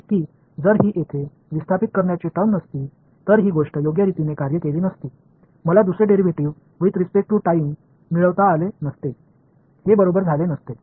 இந்த இடப்பெயர்ச்சி வெளிப்பாடு இங்கே இல்லாதிருந்தால் இந்த விஷயம் வேலை செய்திருக்காது என்பதை நீங்கள் கவனித்து இருப்பீர்கள் நேரத்தை பொறுத்து இரண்டாவது டெரிவேட்டிவ்ஸ் என்னால் பெறமுடியாது இவர்கள் சொல்வது நடந்து இருக்காது